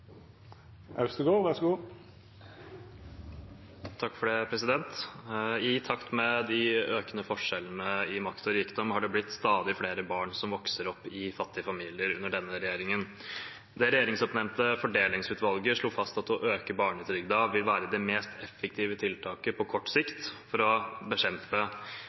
I takt med de økende forskjellene i makt og rikdom har det blitt stadig flere barn som vokser opp i fattige familier under denne regjeringen. Det regjeringsoppnevnte Fordelingsutvalget slo fast at å øke barnetrygden vil være det mest effektive tiltaket på kort sikt for å bekjempe